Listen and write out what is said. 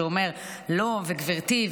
שאומר לא "גברתי",